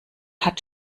hat